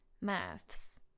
Maths